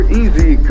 easy